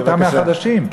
אתה מהחדשים.